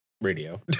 radio